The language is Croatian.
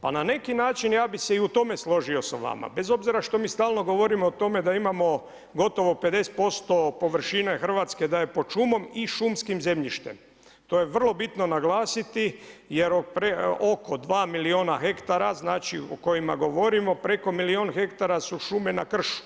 Pa na neki način ja bi se i u tome složio s vama, bez obzira što mi stalno govorimo o tome da imamo gotovo 50% površine da je pod šumom i šumskim zemljištem, to je vrlo bitno naglasiti jer oko 2 milijuna hektara o kojima govorimo, preko milijun hektara su šume na kršu